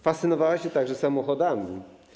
Fascynowała się także samochodami.